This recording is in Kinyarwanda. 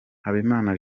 habimana